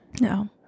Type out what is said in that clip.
No